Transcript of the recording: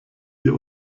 ihr